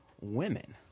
women